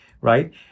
Right